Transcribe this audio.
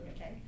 okay